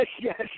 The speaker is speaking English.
yes